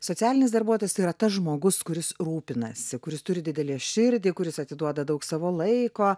socialinis darbuotojas tai yra tas žmogus kuris rūpinasi kuris turi didelę širdį kuris atiduoda daug savo laiko